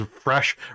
fresh